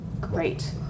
great